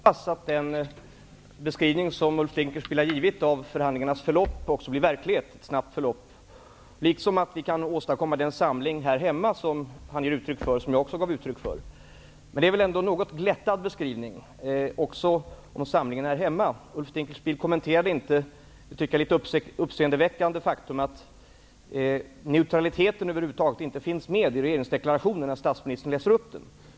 Fru talman! Jag hoppas att den beskrivning som Ulf Dinkelspiel har givit av förhandlingarnas snabba förlopp också blir verklighet, liksom att vi kan åstadkomma den samling här hemma som han, och även jag, givit uttryck för. Men beskrivningen av samlingen här hemma är väl något glättad. Ulf Dinkelspiel kommenterade inte ett, som jag tycker, uppseendeväckande faktum, nämligen att frågan om neutraliteten över huvud taget inte fanns med i den regeringsförklaring statsministern läste upp.